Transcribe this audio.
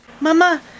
Mama